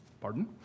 Pardon